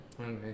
Okay